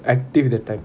active that time